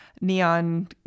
neon